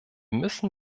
müssen